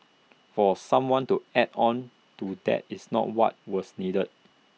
for someone to add on to that is not what was needed